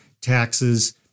taxes